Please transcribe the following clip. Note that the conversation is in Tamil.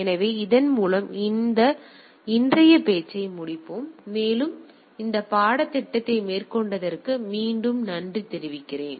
எனவே இதன் மூலம் இந்த இன்றைய பேச்சை முடிப்போம் மேலும் இந்த பாடத்திட்டத்தை மேற்கொண்டதற்கு மீண்டும் நன்றி தெரிவிக்கிறேன்